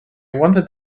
wanted